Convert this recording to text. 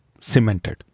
cemented